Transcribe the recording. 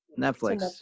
Netflix